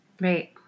right